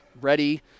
ready